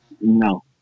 No